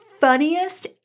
funniest